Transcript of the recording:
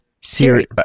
Series